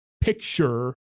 picture